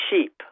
sheep